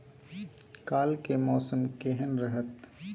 काल के मौसम केहन रहत?